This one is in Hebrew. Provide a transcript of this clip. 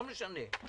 לא משנה.